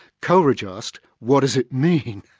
coleridge asked what does it mean?